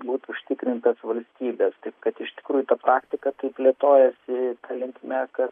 būt užtikrintas valstybės taip kad iš tikrųjų ta praktika kaip plėtojosi ta linkme kad